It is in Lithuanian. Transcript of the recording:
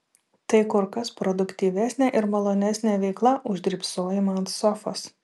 tai kur kas produktyvesnė ir malonesnė veikla už drybsojimą ant sofos